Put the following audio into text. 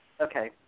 Okay